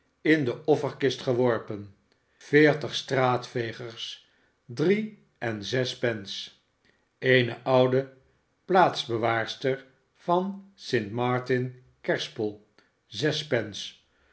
in de orferkist geworpen veertig straatvegers drie en zes pence eene oude plaatsbewaarster van st martin's kerspel zes pence